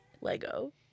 Lego